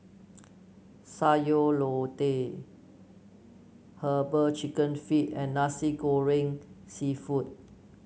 Sayur Lodeh herbal chicken feet and Nasi Goreng seafood